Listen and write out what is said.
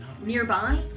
nearby